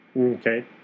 Okay